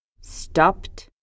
stopped